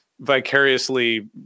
vicariously